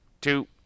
two